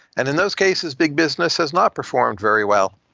and in those cases, big business has not performed very well.